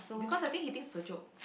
because I think he thinks it's a joke